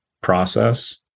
process